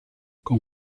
con